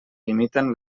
limiten